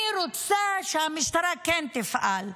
אני רוצה שהמשטרה כן תפעל,